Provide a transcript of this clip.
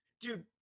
Dude